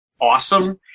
awesome